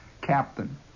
captain